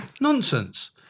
Nonsense